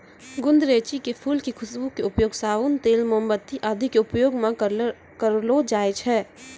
गुदरैंची के फूल के खुशबू के उपयोग साबुन, तेल, मोमबत्ती आदि के उपयोग मं करलो जाय छै